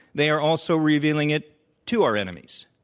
they are also revealing it to our enemies.